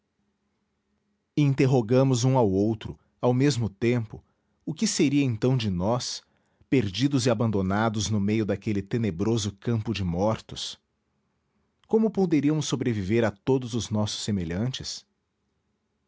interrogamos um ao outro ao mesmo tempo o que seria então de nós perdidos e abandonados no meio daquele tenebroso campo de mortos como poderíamos sobreviver a todos os nossos semelhantes